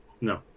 No